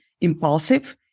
impulsive